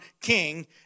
king